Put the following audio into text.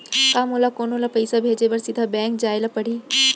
का मोला कोनो ल पइसा भेजे बर सीधा बैंक जाय ला परही?